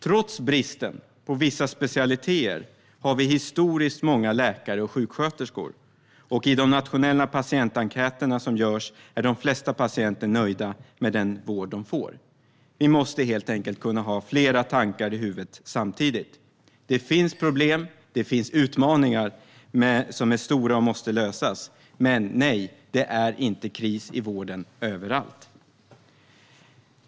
Trots bristen på vissa specialiteter har vi historiskt många läkare och sjuksköterskor, och i de nationella patientenkäter som görs är de flesta patienter nöjda med den vård de får. Vi måste helt enkelt kunna ha flera tankar i huvudet samtidigt. Det finns problem och det finns utmaningar som är stora och måste lösas, men nej, det är inte kris i vården överallt.